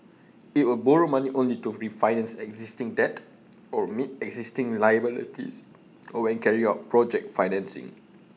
IT will borrow money only to refinance existing debt or meet existing liabilities or when carrying out project financing